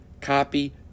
copy